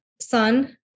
son